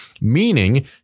meaning